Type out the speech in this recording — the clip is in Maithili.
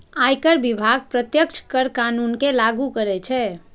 आयकर विभाग प्रत्यक्ष कर कानून कें लागू करै छै